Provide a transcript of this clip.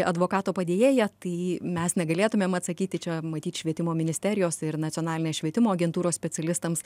advokato padėjėja tai mes negalėtumėn atsakyti čia matyt švietimo ministerijos ir nacionalinės švietimo agentūros specialistams